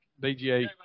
BGA